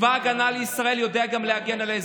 וצבא ההגנה לישראל יודע גם להגן על האזרחים.